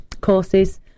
courses